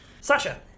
Sasha